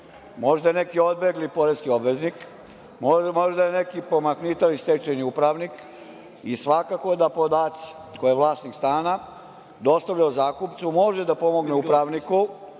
možda neki odbegli poreski obveznik, možda neki pomahnitali stečajni upravnik i svakako da podaci koje vlasnik stana dostavlja o zakupcu mogu da pomognu upravniku